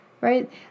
right